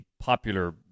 popular